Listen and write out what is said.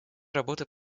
работа